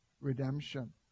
redemption